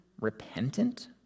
repentant